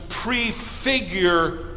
prefigure